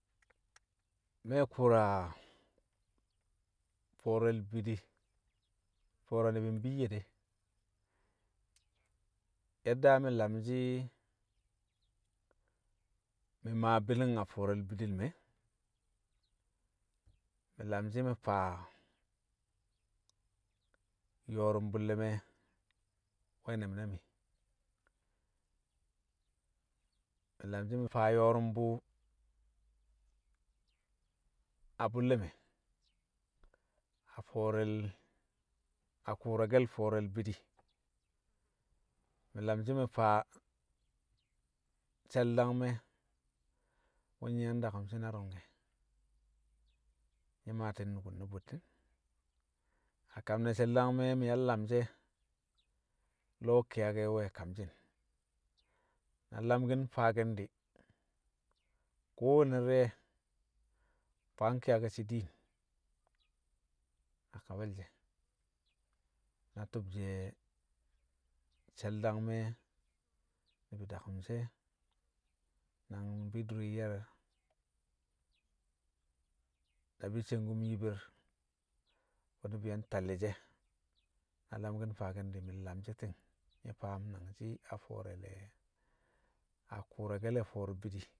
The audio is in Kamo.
me̱ ku̱u̱ra fo̱o̱re̱l bidi, fo̱o̱ro̱ ni̱bi̱ mbiyye de̱ yeddami̱ lamshi̱ mi̱ maa bi̱li̱n a fo̱o̱re̱l bidil me̱, mi̱ nlamshi̱ mi̱ faa yo̱o̱rṵmbṵ le̱ me̱ we̱ ne̱m na mi̱. Mi̱ nlamshi̱ mi̱ faa yo̱o̱ru̱mbu̱ a bṵlle̱ me̱, a fo̱o̱re̱l- a kṵṵrake̱l fo̱o̱re̱l bidi, mi̱ lamshi̱ mi̱ faa she̱l- dangkme̱ wṵ yi̱ yang dakṵmshi na ru̱ngke̱, nyi̱ maati̱n nukun na bṵtti̱n. A kam ne̱ she̱l- dangme̱ mi̱ yang lamshi̱ e̱, lo̱ ki̱yake̱ we̱ kamshi̱n na lamki̱n faaki̱n di̱, kowanne ne̱ di̱re̱ faa nki̱yake̱ shi̱ diin a kabal she̱ na ti̱bshe̱ she̱l- dangme̱ ni̱bi̱ dakṵm she̱ nang bi̱ dure ye̱r, na bi̱ sangkum yibir wṵ ni̱bi̱ yang te̱lli̱ she̱, na lamki̱n mfaaki̱n di̱ mi̱ nlamshi̱ ti̱ng nyi̱ faam nangshi̱ a fo̱o̱re̱ le̱, a ku̱u̱rake̱l fo̱o̱re̱l bidi